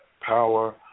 Power